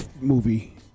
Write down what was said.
movie